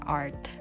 art